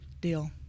Deal